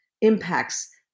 impacts